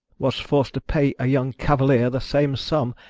was forced to pay a young cavalier the same sum,